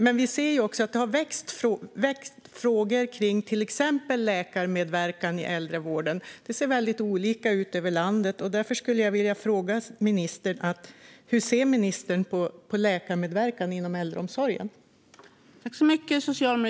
Men vi ser att det har väckts frågor om till exempel läkarmedverkan i äldrevården. Det ser väldigt olika ut över landet. Därför skulle jag vilja fråga hur ministern ser på läkarmedverkan inom äldreomsorgen.